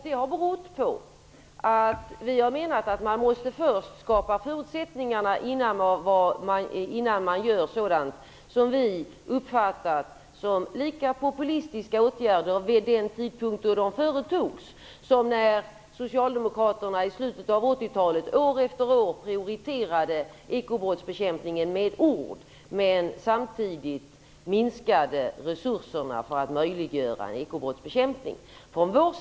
Det har berott på att vi har menat att innan man genomför sådana åtgärder som vi uppfattade som lika populistiska när de vidtogs som när socialdemokraterna i slutet av 80-talet år efter år prioriterade ekobrottsbekämpningen med ord men samtidigt minskade resurserna för den, måste man först skapa förutsättningar för dessa åtgärder.